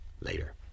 later